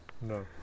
No